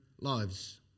lives